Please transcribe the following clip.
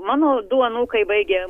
mano du anūkai baigė